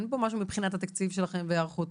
אין פה משהו מבחינת התקציב שלכם וההיערכות.